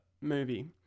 movie